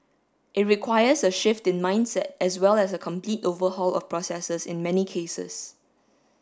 it requires a shift in mindset as well as a complete overhaul of processes in many cases